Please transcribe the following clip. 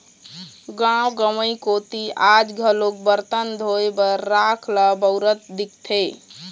गाँव गंवई कोती आज घलोक बरतन धोए बर राख ल बउरत दिखथे